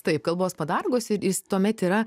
taip kalbos padargus ir jis tuomet yra